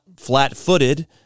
flat-footed